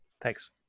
Thanks